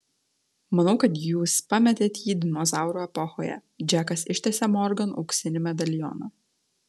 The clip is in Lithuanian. manau kad jūs pametėt jį dinozaurų epochoje džekas ištiesė morgan auksinį medalioną